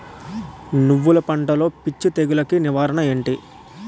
నువ్వులు పంటలో పిచ్చి తెగులకి నివారణ ఏంటి?